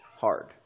hard